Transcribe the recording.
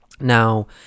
Now